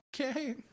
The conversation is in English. okay